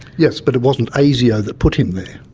yes, but it wasn't ah asio that put him there.